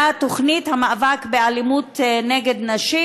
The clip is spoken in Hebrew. לתוכנית המאבק באלימות נגד נשים?